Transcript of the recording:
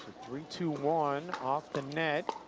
three two one off the net.